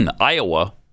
Iowa